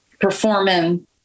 performing